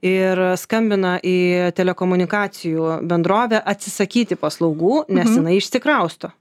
ir skambina į telekomunikacijų bendrovę atsisakyti paslaugų nes jinai išsikrausto